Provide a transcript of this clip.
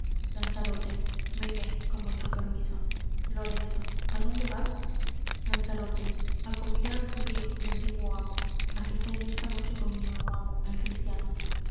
lanzarote me iré con vuestro permiso lorenzo á dónde vas lanzarote á convidar al judío mi antiguo amo á que cene esta noche con mi nuevo amo el cristiano